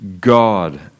God